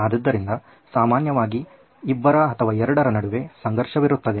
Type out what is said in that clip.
ಆದ್ದರಿಂದ ಸಾಮಾನ್ಯವಾಗಿ ಇಬ್ಬರ ಅಥವಾ ಎರಡರ ನಡುವೆ ಸಂಘರ್ಷವಿರುತ್ತದೆ